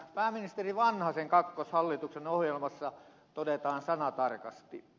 pääministeri vanhasen kakkoshallituksen ohjelmassa todetaan sanatarkasti